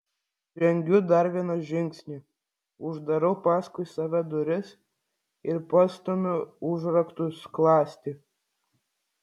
žengiu dar vieną žingsnį uždarau paskui save duris ir pastumiu užrakto skląstį